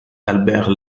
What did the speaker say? albert